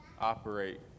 operate